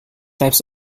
types